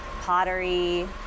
pottery